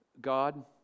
God